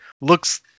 Looks